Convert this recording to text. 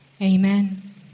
Amen